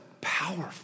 powerful